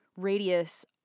...radius